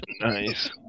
Nice